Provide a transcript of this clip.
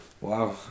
Wow